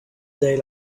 day